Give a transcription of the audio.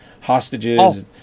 Hostages